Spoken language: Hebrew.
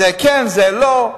זה כן, זה לא.